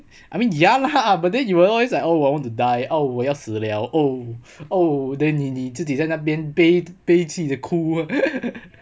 I mean ya lah but then you will always like oh I want to die oh 我要死 liao oh oh then 你你自己在那边悲悲戚地哭